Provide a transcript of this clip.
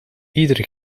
iedere